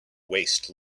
waste